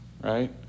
right